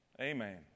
Amen